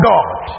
God